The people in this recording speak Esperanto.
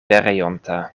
pereonta